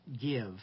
give